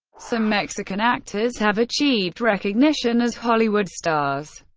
some mexican actors have achieved recognition as hollywood stars.